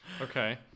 Okay